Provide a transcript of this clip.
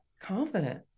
confident